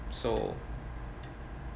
so